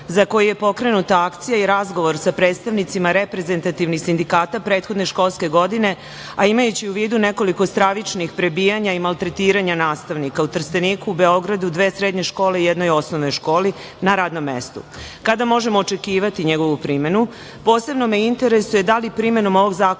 za koji je pokrenuta akcija i razgovor sa predstavnicima reprezentativnih sindikata prethodne školske godine, a imajući u vidu nekoliko stravičnih prebijanja i maltretiranja nastavnika u Trsteniku, Beogradu, dve srednje škole i jednoj osnovnoj školi, na radnom mestu. Kada možemo očekivati njegovu primenu? Posebno me interesuje da li primenom ovog zakona